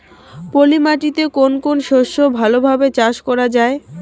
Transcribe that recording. পলি মাটিতে কোন কোন শস্য ভালোভাবে চাষ করা য়ায়?